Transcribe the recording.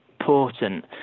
important